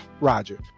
Roger